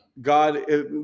god